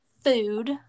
food